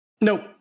Nope